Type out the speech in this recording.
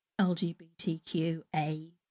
LGBTQA+